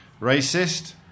Racist